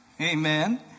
Amen